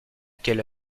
quelle